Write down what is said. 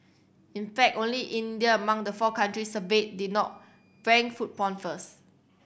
in fact only India among the four country surveyed did not rank food porn first